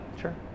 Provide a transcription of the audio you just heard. Sure